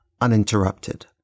uninterrupted